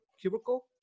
cubicle